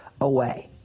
away